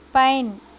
pine